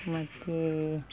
ಮತ್ತು